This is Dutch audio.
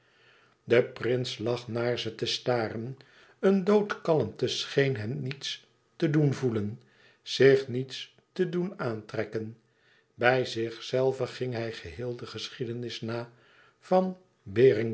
de prins lag naar ze te staren eene doodkalmte scheen hem niets te doen voelen zich niets te doen aantrekken bij zichzelve ging hij geheel de geschiedenis na van